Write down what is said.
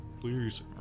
Please